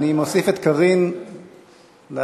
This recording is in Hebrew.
אני מוסיף את קארין מלכתחילה.